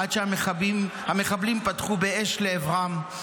עד שהמחבלים פתחו באש לעברם.